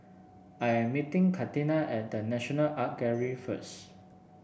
I am meeting Catina at The National Art Gallery first